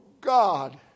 God